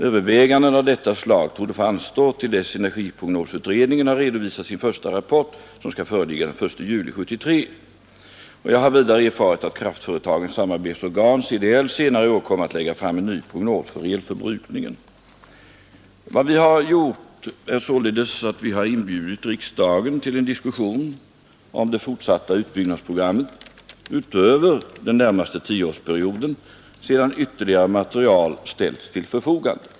Överväganden av detta slag torde få anstå till dess att energiprognosutredningen har redovisat sin första rapport, som skall föreligga den 1 juli 1973.” Jag har vidare erfarit att kraftföretagens samarbetsorgan, CDL, senare i år kommer att lägga fram en ny prognos för elförbrukningen. Vad vi gjort är således att vi har inbjudit riksdagen till en diskussion om det fortsatta utbyggnadsprogrammet utöver den närmaste tioårsperioden sedan ytterligare material ställts till förfogande.